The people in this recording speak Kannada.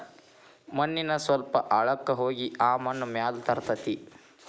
ಮಣ್ಣಿನ ಸ್ವಲ್ಪ ಆಳಕ್ಕ ಹೋಗಿ ಆ ಮಣ್ಣ ಮ್ಯಾಲ ತರತತಿ